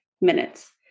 minutes